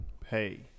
pay